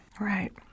right